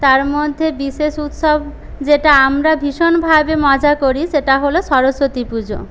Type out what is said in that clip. তার মধ্যে বিশেষ উৎসব যেটা আমরা ভীষণভাবে মজা করি সেটা হলো সরস্বতী পুজো